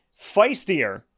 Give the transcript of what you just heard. feistier